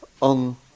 on